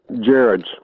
Jared's